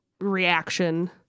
reaction